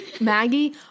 Maggie